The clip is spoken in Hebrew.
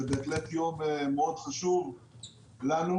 זה בהחלט יום חשוב לנו.